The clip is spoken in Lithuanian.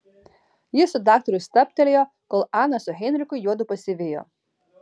jis su daktaru stabtelėjo kol ana su heinrichu juodu pasivijo